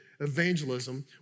evangelism